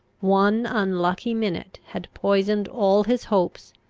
one unlucky minute had poisoned all his hopes,